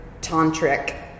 tantric